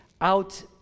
out